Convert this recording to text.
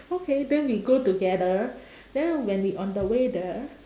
okay then we go together then when we on the way there